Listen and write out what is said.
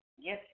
Yes